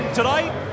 Tonight